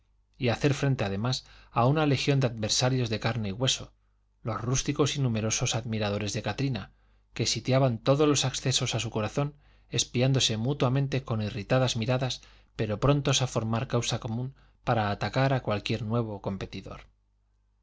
y hacer frente además a una legión de adversarios de carne y hueso los rústicos y numerosos admiradores de katrina que sitiaban todos los accesos a su corazón espiándose mutuamente con irritadas miradas pero prontos a formar causa común para atacar a cualquier nuevo competidor